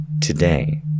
today